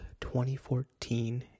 2014